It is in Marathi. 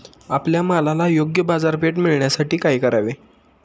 आपल्या मालाला योग्य बाजारपेठ मिळण्यासाठी काय करावे?